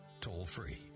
toll-free